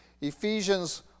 Ephesians